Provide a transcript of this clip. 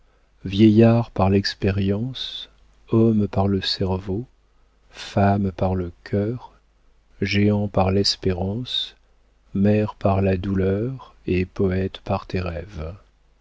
vieillard par l'expérience homme par le cerveau femme par le cœur géant par l'espérance mère par la douleur et poëte par tes rêves